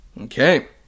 Okay